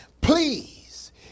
Please